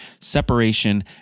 separation